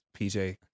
PJ